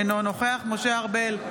אינו נוכח משה ארבל,